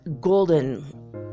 golden